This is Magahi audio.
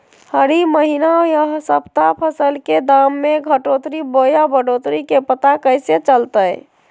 हरी महीना यह सप्ताह फसल के दाम में घटोतरी बोया बढ़ोतरी के पता कैसे चलतय?